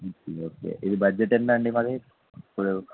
okay ఇది budget ఏమిటి అండి మరి ఇప్పుడు